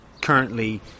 currently